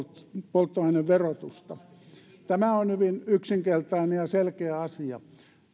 polttoaineverotusta tämä on hyvin yksinkertainen ja selkeä asia